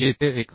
येथे 1